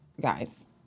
guys